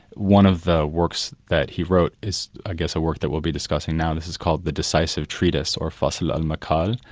one of the works that he wrote is, i ah guess a work that we'll be discussing now, this is called the decisive treatise or fasl al-maqal.